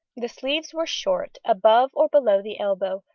the sleeves were short, above or below the elbow,